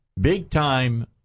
big-time